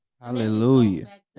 Hallelujah